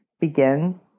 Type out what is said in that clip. begin